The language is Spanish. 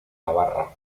navarra